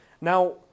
Now